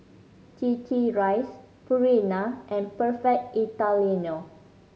Rice Purina and Perfect Italiano